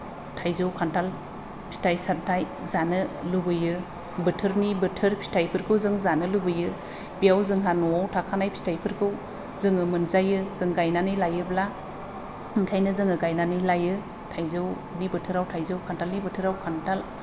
थाइजौ खान्थाल फिथाय सामथाय जानो लुबैयो बोथोरनि बोथोर फिथायफोरखौ जों जानो लुबैयो बेयाव जोंहा न'आव थाखानाय फिथायफोरखौ जोङो मोनजायो जों गायनानै लायोब्ला ओंखायनो जोङो गायननाै लायो थाइजौनि बोथोराव थाइजौ खान्थालनि बोथोराव खान्थाल